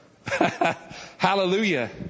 Hallelujah